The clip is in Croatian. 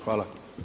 Hvala!